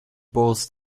boils